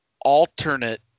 alternate